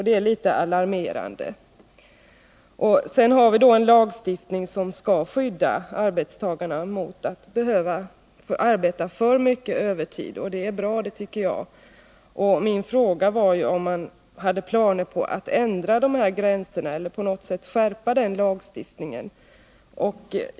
Det är litet alarmerande. Vi har en lagstiftning som skall skydda arbetstagarna från att behöva arbeta för mycket på övertid, och det är bra. Min fråga var om man hade planer på att ändra gränserna eller att på något sätt skärpa lagstiftningen.